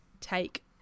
take